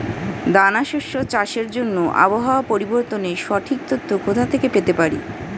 দানা শস্য চাষের জন্য আবহাওয়া পরিবর্তনের সঠিক তথ্য কোথা থেকে পেতে পারি?